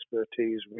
expertise